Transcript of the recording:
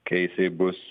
kai jisai bus